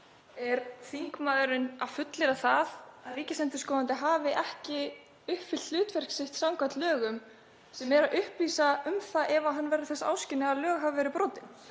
Er þingmaðurinn að fullyrða það að ríkisendurskoðandi hafi ekki uppfyllt hlutverk sitt samkvæmt lögum sem er að upplýsa um það ef hann verður þess áskynja að lög hafi verið brotin?